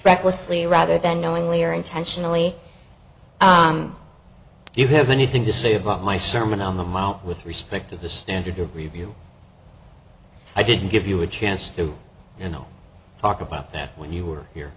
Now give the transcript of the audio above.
recklessly rather than knowingly or intentionally you have anything to say about my sermon on the mount with respect to the standard of review i didn't give you a chance to you know talk about that when you were here